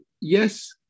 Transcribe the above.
yes